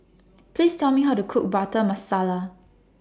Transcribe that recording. Please Tell Me How to Cook Butter Masala